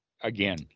again